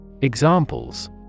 Examples